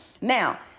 Now